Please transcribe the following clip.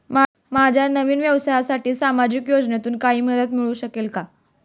माझ्या नवीन व्यवसायासाठी सामाजिक योजनेतून काही मदत मिळू शकेल का?